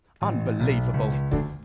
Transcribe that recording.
Unbelievable